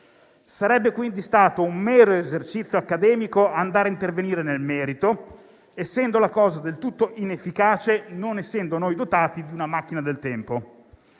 Sarebbe quindi stato un mero esercizio accademico andare ad intervenire nel merito, essendo la cosa del tutto inefficace, non essendo noi dotati di una macchina del tempo.